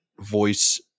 voice